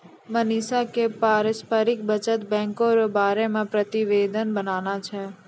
मनीषा क पारस्परिक बचत बैंको र बारे मे प्रतिवेदन बनाना छै